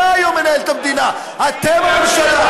אתה היום מנהל את המדינה, אתם הממשלה.